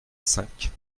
cinq